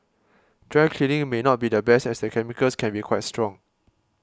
dry cleaning may not be the best as the chemicals can be quite strong